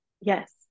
Yes